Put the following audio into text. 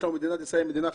מדינת ישראל היא מדינה חזקה.